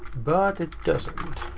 but it does